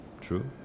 True